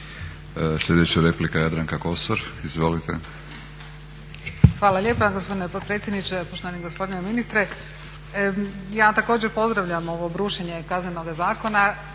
Sljedeća replika, Jadranka Kosor. Izvolite.